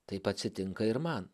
taip atsitinka ir man